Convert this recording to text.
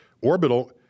orbital